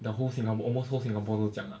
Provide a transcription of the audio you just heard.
the whole singapore almost whole singapore 都这样 lah